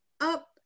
up